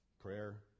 Prayer